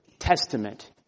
Testament